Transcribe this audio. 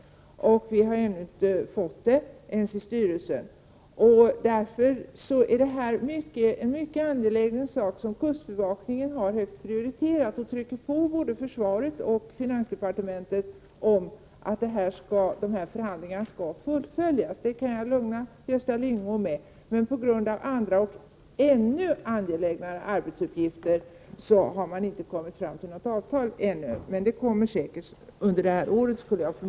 Inte ens vi i styrelsen har ännu fått ta del av det. Den här saken har kustbevakningen verkligen prioriterat. Man trycker på hos både försvaret och finansdepartementet, eftersom man vill att förhandlingarna skall fullföljas. Det lugnande beskedet kan jag alltså ge Gösta Lyngå. Men på grund av andra och ännu mer angelägna arbetsuppgifter har man inte kommit fram till något avtal ännu. Men ett sådant kommer säkert att träffas i år.